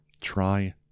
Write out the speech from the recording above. try